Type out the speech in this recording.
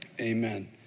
amen